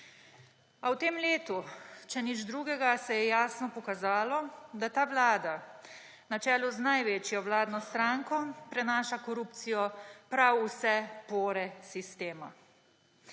A v tem letu, če nič drugega, se je jasno pokazalo, da ta vlada na čelu z največjo vladno stranko prenaša korupcijo v prav vse pore sistema.